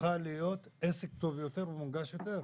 יוכל להיות עסק טוב יותר ומונגש יותר.